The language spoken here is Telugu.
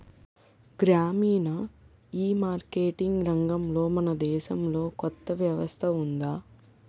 గ్రామీణ ఈమార్కెటింగ్ రంగంలో మన దేశంలో కొత్త వ్యవస్థ ఉందా?